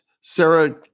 Sarah